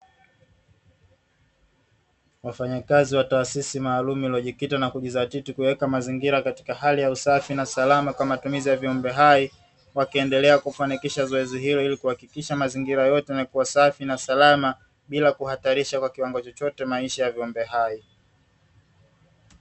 Wafanyakazi wa taasisi maalumu iliyojikita na kujidhatiti kuyaweka mazingira katika hali ya usafi na salama kwa matumizi ya viumbe hai, wakiendelea kufanikisha zoezi hilo ili kuhakikisha mazingira yote yanakuwa safi na salama, bila kuhatarisha kwa kiwango chochote maisha ya viumbe hai.